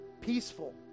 peaceful